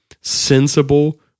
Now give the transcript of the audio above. sensible